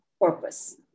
purpose